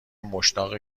مشتاق